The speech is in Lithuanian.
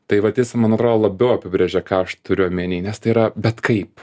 tai vat jis man atrodo labiau apibrėžia ką aš turiu omeny nes tai yra bet kaip